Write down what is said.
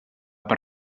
per